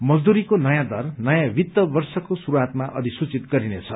मजदूरीको नयाँ दर नयाँ वित्त वर्षको शुरूवातमा अधिसूचित गरिने छ